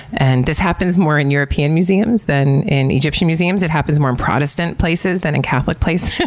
and this happens more in european museums than in egyptian museums. it happens more in protestant places than in catholic places.